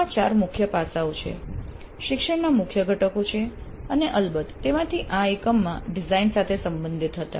તો આ ચાર મુખ્ય પાસાઓ છે શિક્ષણના મુખ્ય ઘટકો છે અને અલબત્ત તેમાંથી આ એકમમાં ડિઝાઇન સાથે સંબંધિત હતા